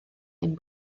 ein